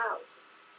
house